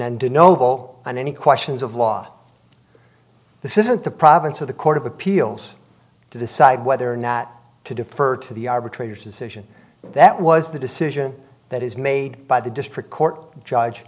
ennoble on any questions of law this isn't the province of the court of appeals to decide whether or not to defer to the arbitrator's decision that was the decision that is made by the district court judge